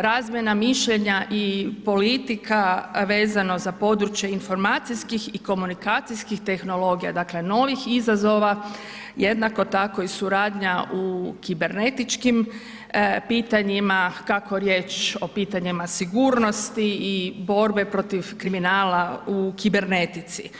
razvoja mišljenja i politika vezano za područje informacijskih i komunikacijskih tehnologija, dakle novih izazova, jednako tako i suradnja u kibernetičkim pitanja kako je riječ o pitanjima sigurnosti i borbe protiv kriminala u kibernetici.